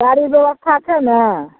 गाड़ी व्यवस्था छै ने